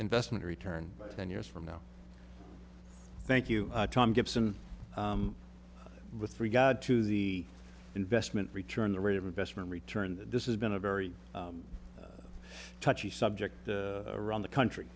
investment return ten years from now thank you tom gibson with regard to the investment return the rate of investment return this is been a very a touchy subject around the country